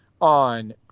on